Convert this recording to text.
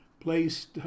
placed